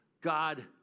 God